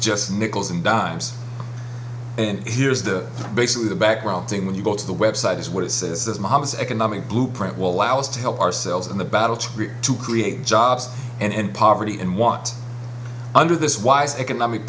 just nickels and dimes and here's the basically the background thing when you go to the website is what it says mama's economic blueprint will allow us to help ourselves in the battle to create jobs and poverty in what under this wise economic